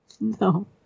No